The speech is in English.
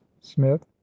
smith